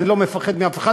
אני לא מפחד מאף אחד,